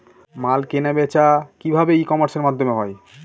মাল কেনাবেচা কি ভাবে ই কমার্সের মাধ্যমে হয়?